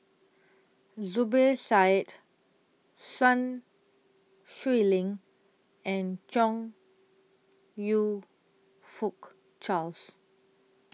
Zubir Said Sun Xueling and Chong YOU Fook Charles